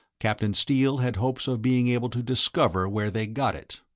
captain steele had hopes of being able to discover where they got it.